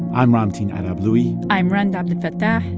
i'm ramtin arablouei i'm rund abdelfatah,